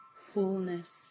fullness